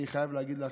אני חייב להגיד לך,